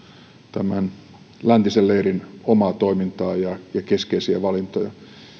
tämän läntisen leirin omaa toimintaa ja ja keskeisiä valintoja